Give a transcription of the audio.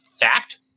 fact